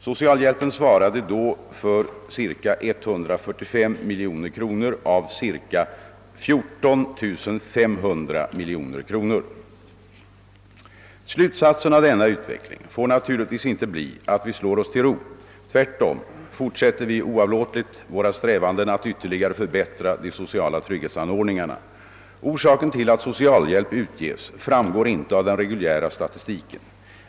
Socialhjälpen svarade då för cirka 145 miljoner kronor av cirka 14 500 miljoner kronor. Slutsatsen av denna utveckling får naturligtvis inte bli att vi slår oss till ro. Tvärtom fortsätter vi oavlåtligt våra strävanden att ytterligare förbättra de sociala trygghetsanordningarna. Orsakerna till att socialhjälp utges framgår inte av den reguljära statistiken.